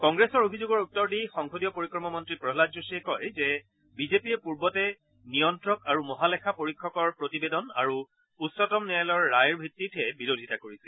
কংগ্ৰেছৰ অভিযোগৰ উত্তৰ দি সংসদীয় পৰিক্ৰমা মন্ত্ৰী প্ৰহ্মাদ যোশীয়ে কয় যে বিজেপিয়ে পূৰ্বতে নিয়ন্ত্ৰক আৰু মহালেখা পৰীক্ষকৰ প্ৰতিবেদন আৰু উচ্চতম ন্যায়ালয়ৰ ৰায়ৰ ভিত্তিতহে বিৰোধিতা কৰিছিল